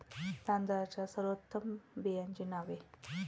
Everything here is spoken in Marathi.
तांदळाच्या सर्वोत्तम बियाण्यांची नावे?